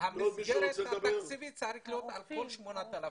המסגרת התקציבית צריכה להיות על כל ה-8,000.